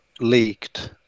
leaked